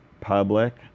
public